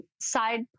side